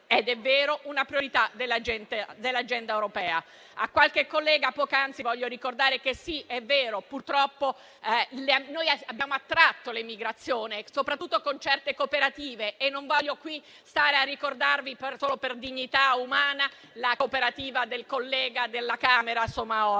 ed è vero, una priorità dell'agenda europea. A qualche collega voglio ricordare che, sì, è vero purtroppo noi abbiamo attratto l'immigrazione soprattutto con certe cooperative. E non voglio qui stare a ricordare, solo per dignità umana, la cooperativa del collega della Camera Soumahoro,